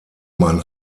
man